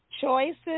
Choices